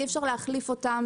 אי אפשר להחליף אותם.